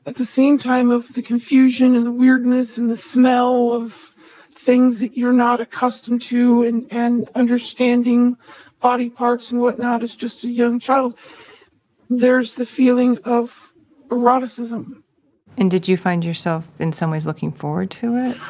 the same time of the confusion and the weirdness and the smell of things that you're not accustomed to and and understanding body parts and whatnot as just a young child there's the feeling of eroticism and did you find yourself in some ways looking forward to it?